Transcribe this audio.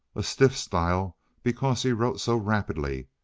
a stiff style because he wrote so rapidly.